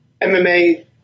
MMA